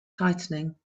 tightening